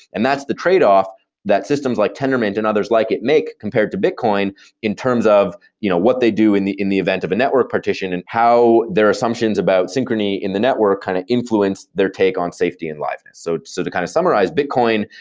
and that's the trade-off that systems like tendermint and others like it make compared to bitcoin in terms of you know what they do in the in the event of a network partition and how their assumptions about synchrony in the network kind of influence their take on safety and liveness. so so to kind of summarize bitcoin,